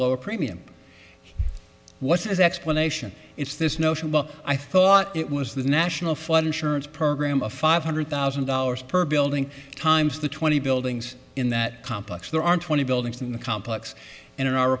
lower premium he was explanation if this notion well i thought it was the national flood insurance program a five hundred thousand dollars per building times the twenty buildings in that complex there are twenty buildings in the complex and in our